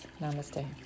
Namaste